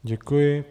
Děkuji.